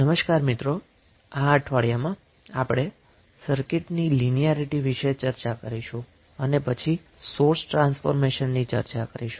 નમસ્કાર મિત્રો આ અઠવાડિયામાં આપણે સર્કિટની લિનીયારીટી વિષે ચર્ચા કરીશું અને પછી સોર્સ ટ્રાન્સફોર્મેશન ની ચર્ચા કરીશું